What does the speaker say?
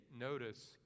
notice